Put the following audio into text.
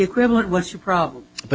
equivalent what's your problem but